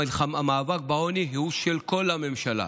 המאבק בעוני הוא של כל הממשלה,